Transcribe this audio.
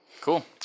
Cool